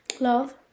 love